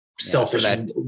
selfish